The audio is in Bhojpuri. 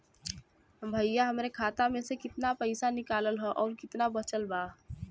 भईया हमरे खाता मे से कितना पइसा निकालल ह अउर कितना बचल बा?